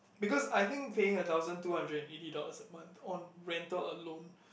because I think paying a thousand two hundred and eighty dollars a month on rental alone